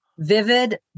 Vivid